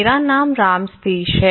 मेरा नाम राम सतीश है